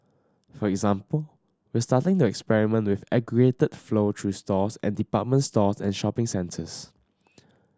for example we're starting to experiment with aggregated flow through stores and department stores and shopping centres